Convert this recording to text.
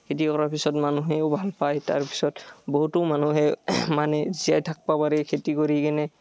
খেতি কৰাৰ পিছত মানুহেও ভাল পায় তাৰপিছত বহুতো মানুহে মানে জীয়াই থাকবা পাৰি খেতি কৰি কিনে